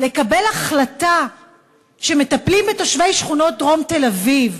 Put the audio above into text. לקבל החלטה שמטפלים בתושבי שכונות דרום תל-אביב?